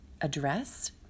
address